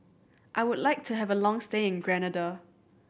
I would like to have a long stay in Grenada